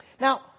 Now